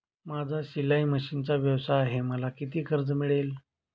माझा शिलाई मशिनचा व्यवसाय आहे मला किती कर्ज मिळेल?